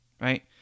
right